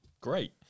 great